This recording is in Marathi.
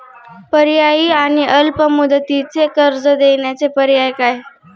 पर्यायी आणि अल्प मुदतीचे कर्ज देण्याचे पर्याय काय?